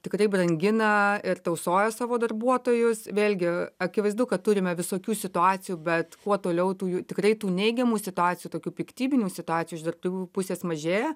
tikrai brangina ir tausoja savo darbuotojus vėlgi akivaizdu kad turime visokių situacijų bet kuo toliau tų jų tikrai tų neigiamų situacijų tokių piktybinių situacijų iš darbdavių pusės mažėja